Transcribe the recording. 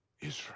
Israel